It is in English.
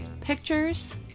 pictures